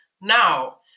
Now